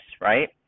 right